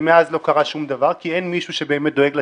ומאז לא קרה שום דבר כי אין באמת מישהו שדואג לציבור,